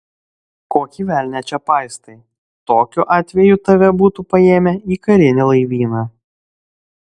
kokį velnią čia paistai tokiu atveju tave būtų paėmę į karinį laivyną